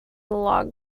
log